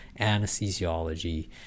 anesthesiology